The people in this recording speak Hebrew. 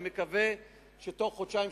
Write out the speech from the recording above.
אני מקווה שתוך חודשיים,